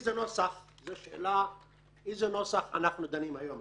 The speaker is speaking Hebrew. איזה נוסח אנחנו דנים היום?